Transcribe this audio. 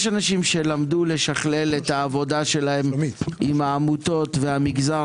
יש אנשים שלמדו לשכלל את העבודה שלהם עם העמותות והמגזר